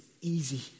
easy